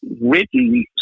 written